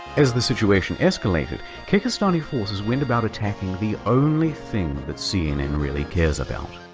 as the situation escalated, kekistani forces went about attacking the only thing that cnn really cares about,